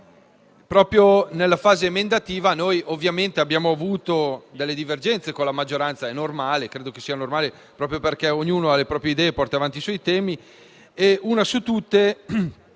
Proprio nella fase emendativa, noi abbiamo avuto delle divergenze con la maggioranza. È normale, proprio perché ognuno ha le proprie idee e porta avanti i suoi temi.